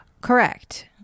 correct